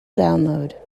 download